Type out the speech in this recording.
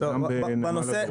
וגם בנמל הדרום.